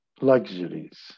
luxuries